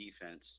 defense